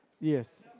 Yes